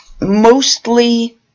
mostly